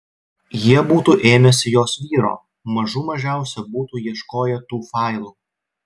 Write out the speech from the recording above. jie būtų ėmęsi jos vyro mažų mažiausia būtų ieškoję tų failų